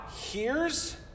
hears